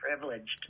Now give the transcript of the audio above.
privileged